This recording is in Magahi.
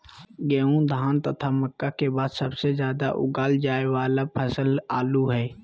गेहूं, धान तथा मक्का के बाद सबसे ज्यादा उगाल जाय वाला फसल आलू हइ